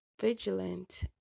vigilant